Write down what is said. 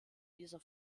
dieser